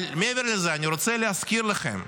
אבל מעבר לזה אני רוצה להזכיר לכם,